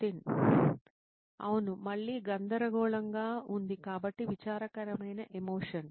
నితిన్ అవును మళ్ళీ గందరగోళంగా ఉంది కాబట్టి విచారకరమైన ఎమోషన్